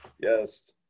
Yes